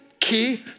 key